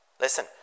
Listen